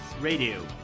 Radio